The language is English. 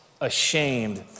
ashamed